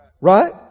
right